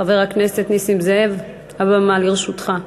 חבר הכנסת נסים זאב, הבמה לרשותך.